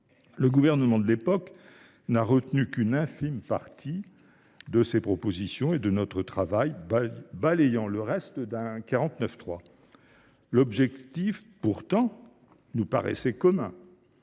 Le gouvernement de l’époque n’a retenu qu’une infime partie de notre travail, balayant le reste d’un 49.3. L’objectif, pourtant, nous paraissait commun